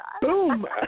Boom